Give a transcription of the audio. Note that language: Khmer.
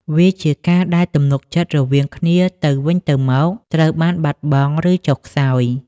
វាជាការដែលទំនុកចិត្តរវាងគ្នាទៅវិញទៅមកត្រូវបានបាត់បង់ ឬចុះខ្សោយ។